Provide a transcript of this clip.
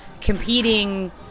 competing